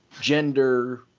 gender –